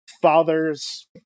father's